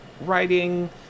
writing